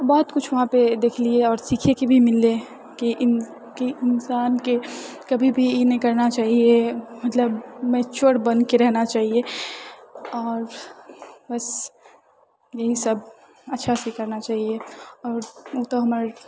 बहुत कुछ वहाँपर देखलियै आओर सिखैके भी मिललै की की इन्सानके कभी भी ई नहि करना चाहिए मतलब मेच्योर बनके रहना चाहिए आओर बस यहीसब अच्छासँ करना चाहिए आओर उ तऽ हमर